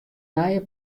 nije